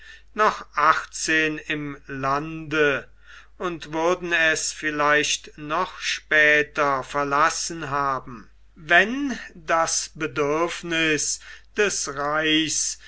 noch achtzehn im lande und würden es vielleicht noch später verlassen haben wenn das bedürfniß des reichs